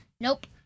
Nope